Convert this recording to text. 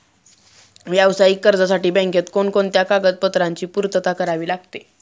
व्यावसायिक कर्जासाठी बँकेत कोणकोणत्या कागदपत्रांची पूर्तता करावी लागते?